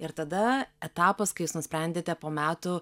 ir tada etapas kai jūs nusprendėte po metų